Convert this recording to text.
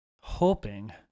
hoping